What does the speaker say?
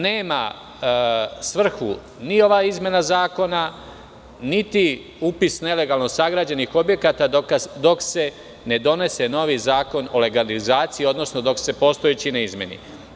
Nema svrhu ni ova izmena zakona, niti upis nelegalno sagrađenih objekata, dok se ne donese novi zakon o legalizaciji, odnosno dok se postojeći ne izmeni.